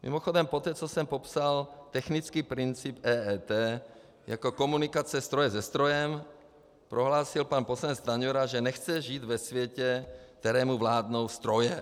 Mimochodem poté, co jsem popsal technický princip EET jako komunikaci stroje se strojem, prohlásil pan poslanec Stanjura, že nechce žít ve světě, kterému vládnou stroje.